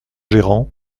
gérant